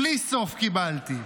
בלי סוף קיבלתי.